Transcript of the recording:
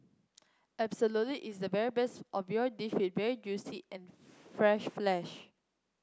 absolutely it's the very best of your dish with very juicy and fresh flesh